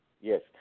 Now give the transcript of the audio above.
Yes